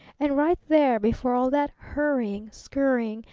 and right there before all that hurrying, scurrying,